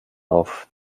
auf